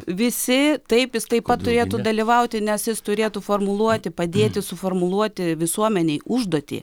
visi taip jis taip pat turėtų dalyvauti nes jis turėtų formuluoti padėti suformuluoti visuomenei užduotį